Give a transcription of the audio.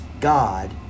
God